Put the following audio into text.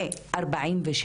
ו-46,